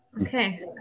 Okay